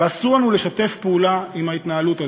ואסור לנו לשתף פעולה עם ההתנהלות הזאת.